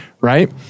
right